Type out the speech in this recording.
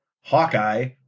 hawkeye